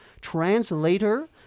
translator